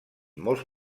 molts